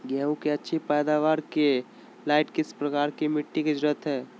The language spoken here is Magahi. गेंहू की अच्छी पैदाबार के लाइट किस प्रकार की मिटटी की जरुरत है?